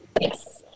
Yes